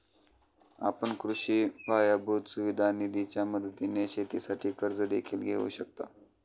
आपण कृषी पायाभूत सुविधा निधीच्या मदतीने शेतीसाठी कर्ज देखील घेऊ शकता